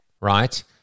right